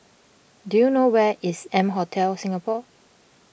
do you know where is M Hotel Singapore